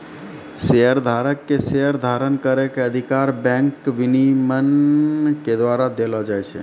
शेयरधारक के शेयर धारण करै के अधिकार बैंक विनियमन के द्वारा देलो जाय छै